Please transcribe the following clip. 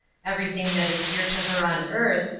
everything that is dear to her on earth,